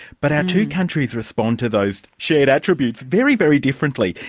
but our two countries respond to those shared attributes very, very differently.